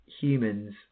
humans